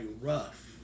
rough